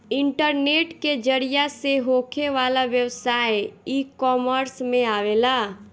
internet के जरिया से होखे वाला व्यवसाय इकॉमर्स में आवेला